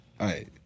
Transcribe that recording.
right